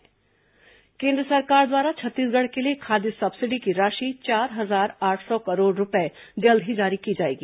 केन्द्र खाद्य सब्सिडी केन्द्र सरकार द्वारा छत्तीसगढ़ के लिए खाद्य सब्सिडी की राशि चार हजार आठ सौ करोड़ रूपये जल्द ही जारी की जाएगी